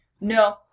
No